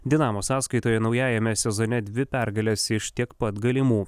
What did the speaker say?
dinamo sąskaitoje naujajame sezone dvi pergalės iš tiek pat galimų